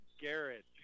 Garrett